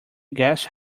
guest